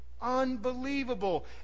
Unbelievable